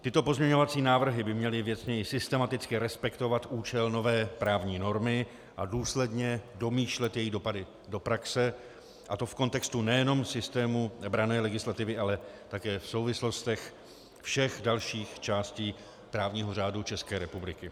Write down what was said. Tyto pozměňovací návrhy by měly věcněji systematicky respektovat účel nové právní normy a důsledně domýšlet její dopady do praxe, a to v kontextu nejenom v systému branné legislativy, ale také v souvislostech všech dalších částí právního řádu České republiky.